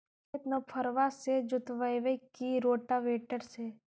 खेत नौफरबा से जोतइबै की रोटावेटर से?